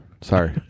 Sorry